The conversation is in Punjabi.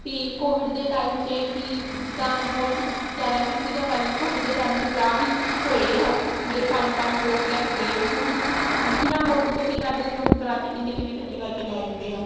ਕਿ ਕੋਵਿਡ ਦੇ ਟਾਈਮ 'ਚ ਕਿ ਜਿੱਦਾਂ ਬਹੁਤ ਜ਼ਿਆਦਾ ਕੀ ਸੀਗਾ ਪਹਿਲਾਂ ਕੋਵਿਡ ਦੇ ਟਾਈਮ 'ਚ ਵਿਆਹ ਵੀ ਹੋਏ ਹਨ ਜਿਹੜੇ ਪੰਜ ਪੰਜ ਲੋਕ ਲੈ ਕੇ ਗਏ ਆ ਹੁਣ ਬਿਨਾ ਕੋਵਿਡ ਤੋਂ ਕੀ ਕਰਦੇ ਲੋਕ ਬਰਾਤੀ ਕਿੰਨੇ ਕਿੰਨੇ ਇਕੱਠੇ ਕਰਕੇ ਲੈ ਜਾਂਦੇ ਆ